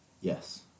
Yes